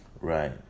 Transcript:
Right